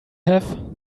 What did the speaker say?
have